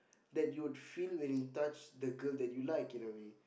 that you'd feel when you touch the girl that you like in a way